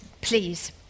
Please